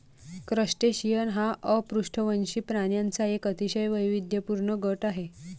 crustacean हा अपृष्ठवंशी प्राण्यांचा एक अतिशय वैविध्यपूर्ण गट आहे